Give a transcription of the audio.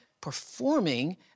performing